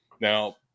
Now